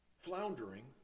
floundering